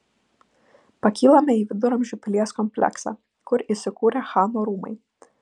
pakylame į viduramžių pilies kompleksą kur įsikūrę chano rūmai